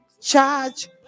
charge